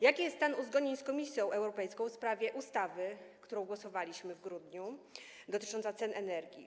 Jaki jest stan uzgodnień z Komisją Europejską w sprawie ustawy, nad którą głosowaliśmy w grudniu, dotyczącej cen energii?